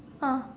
ah